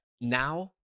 Now